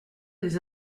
des